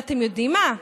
ואתם יודעים מה?